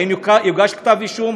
האם יוגש כתב אישום?